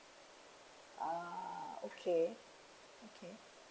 ah okay okay